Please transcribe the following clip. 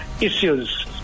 issues